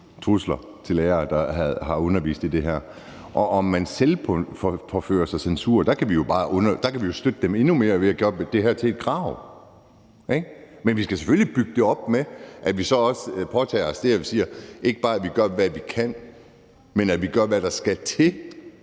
trusler til lærere, der har undervist i det her. Og i forhold til om man selvpåfører sig censur, kan vi jo støtte dem endnu mere ved at gøre det til et krav. Men vi skal selvfølgelig bygge det op med, at vi så også påtager os ikke bare at gøre, hvad vi kan, men at vi gør, hvad der skal til